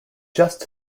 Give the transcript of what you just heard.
just